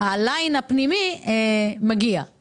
הייצור הפנימי אפשר להגיע למרחב מוגן.